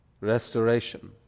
restoration